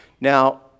Now